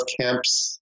camps